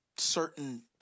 certain